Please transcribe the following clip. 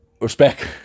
Respect